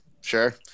Sure